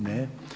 Ne.